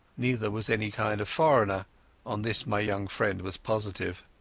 neither was any kind of foreigner on this my young friend was positive.